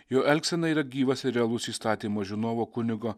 jo elgsena yra gyvas ir realus įstatymo žinovo kunigo